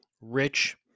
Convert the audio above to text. rich